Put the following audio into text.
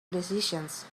decisions